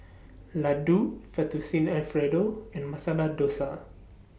Ladoo Fettuccine Alfredo and Masala Dosa